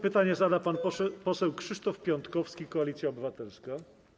Pytanie zada pan poseł Krzysztof Piątkowski, Koalicja Obywatelska.